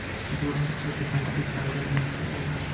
jute सबसे किफायती fibre में से एक है